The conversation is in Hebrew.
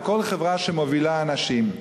או כל חברה שמובילה אנשים,